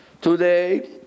Today